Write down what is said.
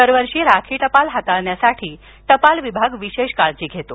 दरवर्षी राखी टपाल हाताळण्यासाठी टपाल विभाग विशेष काळजी घेतो